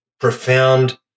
profound